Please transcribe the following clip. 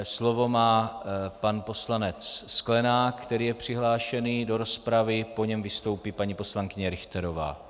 Slovo má pan poslanec Sklenák, který je přihlášený do rozpravy, po něm vystoupí paní poslankyně Richterová.